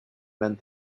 meant